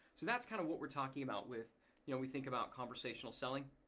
so that's kind of what we're talking about with, you know we think about conversational selling.